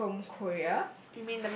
uh from Korea